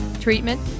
treatment